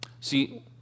See